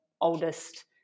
oldest